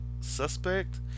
suspect